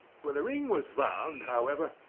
when the ring was found, however,